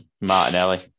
Martinelli